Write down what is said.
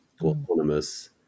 autonomous